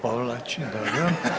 Povlači, dobro.